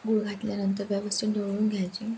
गूळ घातल्यानंतर व्यवस्थित ढवळून घ्यायचं